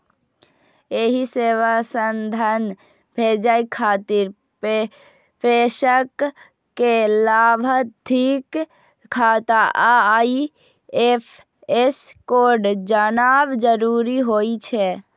एहि सेवा सं धन भेजै खातिर प्रेषक कें लाभार्थीक खाता आ आई.एफ.एस कोड जानब जरूरी होइ छै